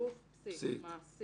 גוף פסיק מעסיק